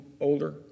older